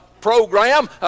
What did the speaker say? program